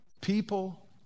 people